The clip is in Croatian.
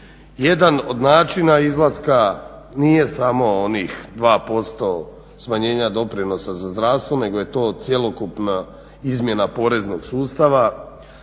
Jedan od načina izlaska nije samo onih 2% smanjenja doprinosa za zdravstvo nego je to cjelokupna izmjena poreznog sustava,